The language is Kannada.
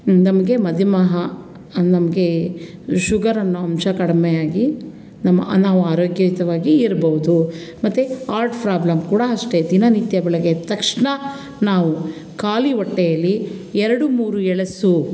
ನಮಗೆ ಮಧುಮೇಹ ನಮಗೆ ಶುಗರ್ ಅನ್ನೋ ಅಂಶ ಕಡಿಮೆ ಆಗಿ ನಮ್ಮ ನಾವು ಆರೋಗ್ಯಯುತವಾಗಿ ಇರ್ಬೋದು ಮತ್ತು ಆರ್ಟ್ ಫ್ರಾಬ್ಲಮ್ ಕೂಡ ಅಷ್ಟೆ ದಿನನಿತ್ಯ ಬೆಳಗ್ಗೆ ಎದ್ದ ತಕ್ಷಣ ನಾವು ಖಾಲಿ ಹೊಟ್ಟೆಯಲ್ಲಿ ಎರಡು ಮೂರು ಎಳಸು